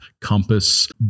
compass